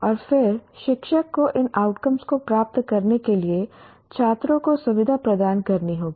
और फिर शिक्षक को इन आउटकम को प्राप्त करने के लिए छात्रों को सुविधा प्रदान करनी होगी